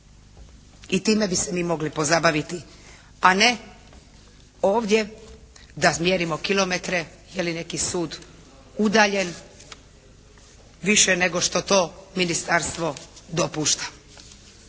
i time bi se mi mogli pozabaviti a ne ovdje da mjerimo kilometre je li neki sud udaljen više nego što to ministarstvo dopušta.